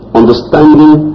understanding